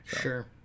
sure